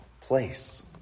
place